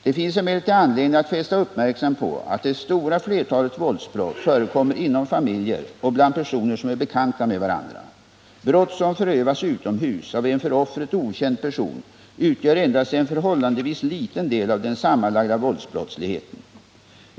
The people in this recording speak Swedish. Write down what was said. Det finns emellertid anledning att fästa uppmärksamheten på att det stora flertalet våldsbrott förekommer inom familjer och bland personer som är bekanta med varandra. Brott som förövas utomhus av en för offret okänd person utgör endast en förhållandevis liten del av den sammanlagda våldsbrottsligheten.